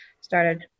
started